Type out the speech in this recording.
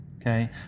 okay